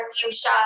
fuchsia